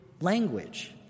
language